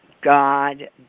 God